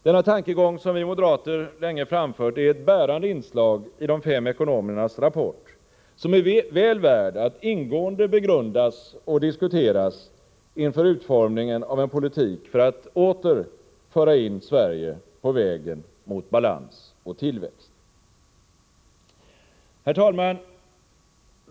Denna tankegång, som vi moderater länge framfört, är ett bärande inslag i de fem ekonomernas rapport, som är väl värd att ingående begrundas och diskuteras inför utformningen av en politik för att åter föra in Sverige på vägen mot balans och tillväxt. Herr talman!